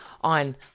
on